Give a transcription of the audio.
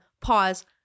pause